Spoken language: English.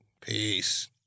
Peace